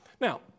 Now